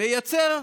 וייצר מבוכה,